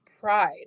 pride